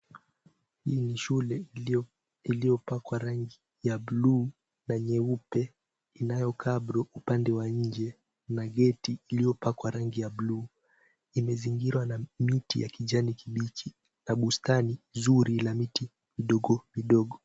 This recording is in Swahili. Hii ni shule iliyopakwa rangi ya buluu na nyeupe inayo cabro upande wa nje na geti iliyopakwa rangi ya buluu. Imezingirwa na miti ya kijani kibichi na bustani zuri la miti midogo midogo.